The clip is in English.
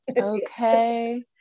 Okay